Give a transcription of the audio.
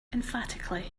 emphatically